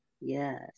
Yes